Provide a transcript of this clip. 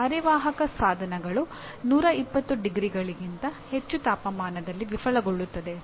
ಅರೆವಾಹಕ ಸಾಧನಗಳು 120 ಡಿಗ್ರಿಗಳಿಗಿಂತ ಹೆಚ್ಚು ತಾಪಮಾನದಲ್ಲಿ ವಿಫಲಗೊಳ್ಳುತ್ತವೆ